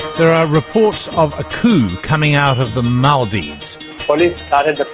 there are reports of a coup coming out of the maldives. police started